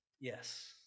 Yes